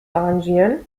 arrangieren